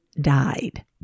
died